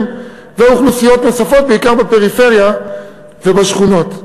ואוכלוסיות נוספות בעיקר בפריפריה ובשכונות.